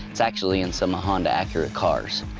it's actually in some ah and acura cars.